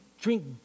drink